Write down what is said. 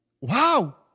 Wow